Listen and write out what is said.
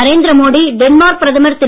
Narendra Modi Denmark பிரதமர் திரு